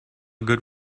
good